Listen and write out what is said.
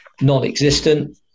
non-existent